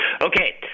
Okay